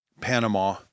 Panama